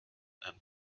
and